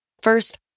First